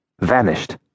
vanished